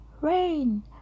Rain